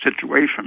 situation